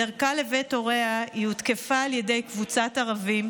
בדרכה לבית הוריה היא הותקפה על ידי קבוצת ערבים,